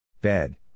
Bed